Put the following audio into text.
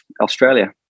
Australia